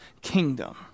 kingdom